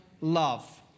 love